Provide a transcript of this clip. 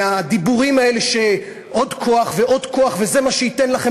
מהדיבורים האלה שעוד כוח ועוד כוח ו"זה מה שייתן לכם".